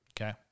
Okay